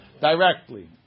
directly